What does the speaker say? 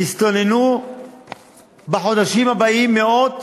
יסתננו בחודשים הבאים מאות